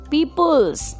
People's